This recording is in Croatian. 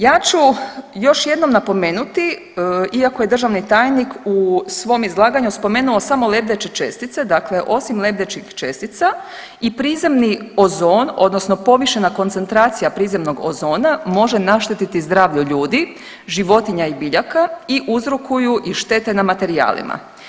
Ja ću još jednom napomenuti, iako je državni tajnik u svom izlaganju spomenuo samo lebdeće čestice, dakle osim lebdećih čestica i prizemni ozon, odnosno povišena koncentracija prizemnog ozona može našteti zdravlju ljudi, životinja i biljaka i uzrokuju i štete na materijalima.